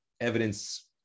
evidence